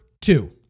two